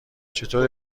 چطور